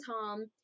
Tom